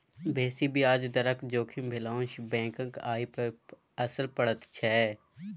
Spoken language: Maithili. बेसी ब्याज दरक जोखिम भेलासँ बैंकक आय पर असर पड़ैत छै